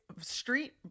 street